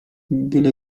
byle